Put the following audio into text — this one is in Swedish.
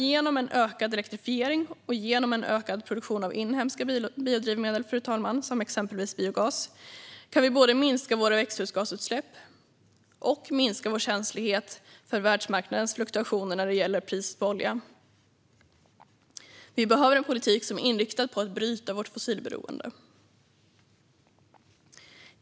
Genom en ökad elektrifiering och genom en ökad produktion av inhemska biodrivmedel, exempelvis biogas, kan vi både minska våra växthusgasutsläpp och minska vår känslighet för världsmarknadens fluktuationer när det gäller priset på olja. Vi behöver en politik som är inriktad på att bryta vårt fossilberoende.